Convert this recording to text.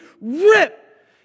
rip